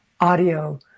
audio